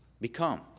become